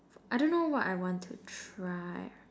for I don't know what I want to try